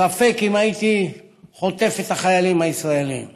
ספק אם הייתי חוטף את החיילים הישראלים.